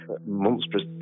monstrous